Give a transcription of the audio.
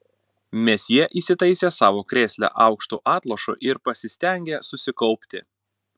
mesjė įsitaisė savo krėsle aukštu atlošu ir pasistengė susikaupti